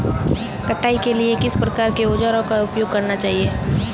कटाई के लिए किस प्रकार के औज़ारों का उपयोग करना चाहिए?